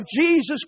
Jesus